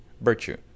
virtue